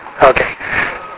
Okay